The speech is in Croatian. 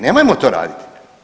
Nemojmo to raditi.